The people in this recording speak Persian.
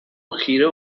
خیره